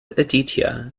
aditya